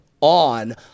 on